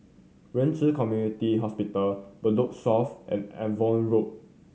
Ren Ci Community Hospital Block South and Avon Road